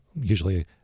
usually